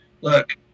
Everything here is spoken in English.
look